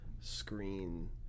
screen